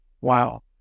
wow